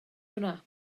hwnna